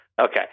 Okay